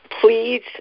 Please